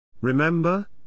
Remember